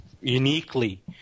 uniquely